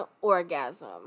orgasm